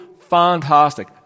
fantastic